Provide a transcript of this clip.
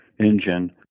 engine